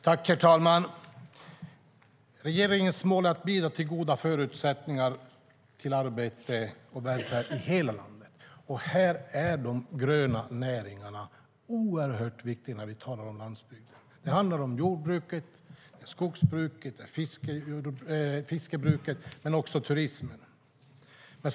Herr talman! Regeringens mål är att bidra till goda förutsättningar för arbete och välfärd i hela landet. Här är de gröna näringarna oerhört viktiga när vi talar om landsbygden. Det handlar om jordbruket, skogsbruket, fisket och också om turismen.